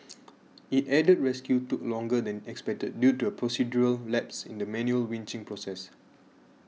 it added rescue took longer than expected due to a procedural lapse in the manual winching process